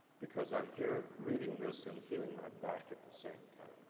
because i'm here reading this and feeling my back at the same